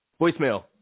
Voicemail